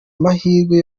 amahirwe